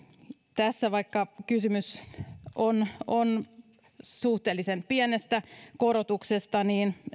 tässä vaikka kysymys on on suhteellisen pienestä korotuksesta